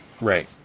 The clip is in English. right